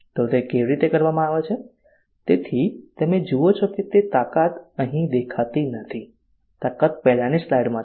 તો તે કેવી રીતે કરવામાં આવે છે તેથી તમે જુઓ છો કે તાકાત અહીં દેખાતી નથી તાકાત પહેલાની સ્લાઇડમાં છે